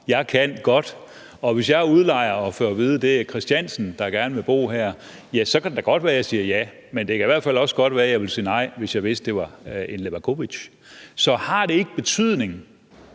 Jeg kan godt, og hvis jeg er udlejer og får at vide, at det er Christiansen, der gerne vil bo her, kan det da godt være, jeg siger ja, men det kan i hvert fald også godt være, jeg ville sige nej, hvis jeg vidste, det var en Levakovic. Så har det ikke betydning,